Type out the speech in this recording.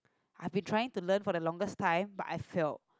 I've been trying to learn for the longest time but I failed